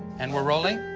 and we're rolling?